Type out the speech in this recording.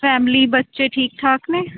family ਬੱਚੇ ਠੀਕ ਠਾਕ ਨੇ